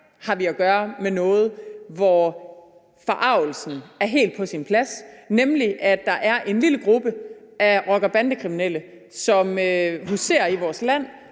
har vi at gøre med noget, hvor forargelsen er helt på sin plads. Der er nemlig en lille gruppe af rocker- og bandekriminelle, som huserer i vores land,